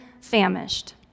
famished